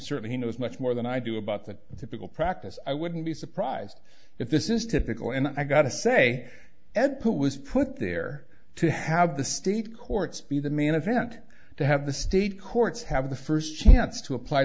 certainly he knows much more than i do about the typical practice i wouldn't be surprised if this is typical and i got to say ed who was put there to have the state courts be the main event to have the state courts have the first chance to apply